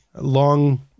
long